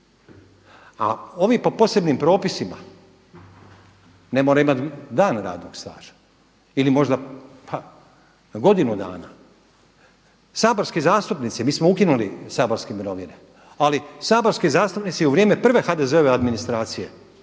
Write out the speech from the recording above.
A ovi po posebnim propisima ne moraju imati dan radnog staža ili možda pa godinu dana. Saborski zastupnici, mi smo ukinuli saborske mirovine. Ali saborski zastupnici u vrijeme prve HDZ-ove administracije